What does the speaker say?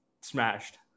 smashed